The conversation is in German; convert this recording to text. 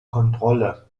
kontrolle